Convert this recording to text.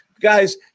guys